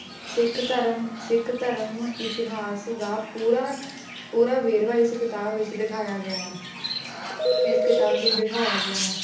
ਸਿੱਖ ਧਰਮ ਸਿੱਖ ਧਰਮ ਇਤਿਹਾਸ ਦਾ ਪੂਰਾ ਪੂਰਾ ਵੇਰਵਾ ਇਸ ਕਿਤਾਬ ਵਿੱਚ ਦਿਖਾਇਆ ਗਿਆ ਇਸ ਕਿਤਾਬ ਵਿਚ ਦਿਖਾਇਆ ਗਿਆ ਹੈ